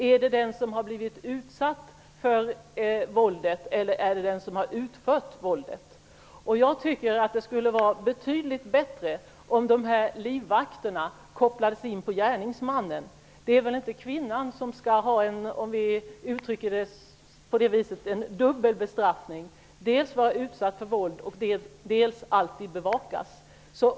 Är det den som har blivit utsatt för våldet, eller är det den som utfört våldet? Jag tycker att det skulle vara betydligt bättre om livvakterna kopplades in på gärningsmannen. Det är väl inte kvinnan som skall behöva få dubbelstraff -- om vi uttrycker det så: dels vara utsatt för våldet, dels alltid bevakas.